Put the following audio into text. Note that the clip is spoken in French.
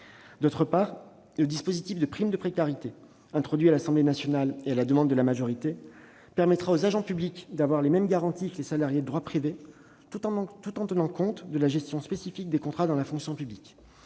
D'autre part, la prime de précarité, introduite à l'Assemblée nationale à la demande de la majorité, permettra aux agents publics de bénéficier des mêmes garanties que les salariés de droit privé, tout en tenant compte de la gestion spécifique des contrats dans la fonction publique.